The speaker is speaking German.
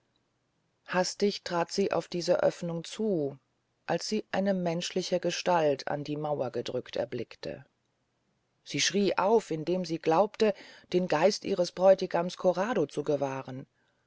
hastig trat sie auf diese oefnung zu als sie eine menschliche gestalt an die mauer gedrückt erblickte sie schrie auf indem sie glaubte den geist ihres bräutigams corrado zu gewahren